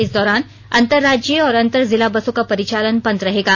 इस दौरान अंतरराज्यीय और अंतर जिला बसों का परिचालन बंद रहेगा